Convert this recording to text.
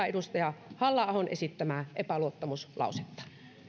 edustaja halla ahon esittämää epäluottamuslausetta